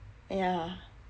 yah